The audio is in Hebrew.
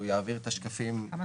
הוא יסביר את השקפים כשנתחיל,